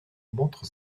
montre